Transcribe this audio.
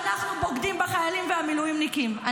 איזו עזות מצח יש לך לכתוב שאנחנו בוגדים בחיילים ובמילואימניקים,.